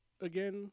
again